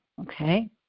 okay